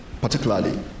particularly